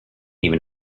even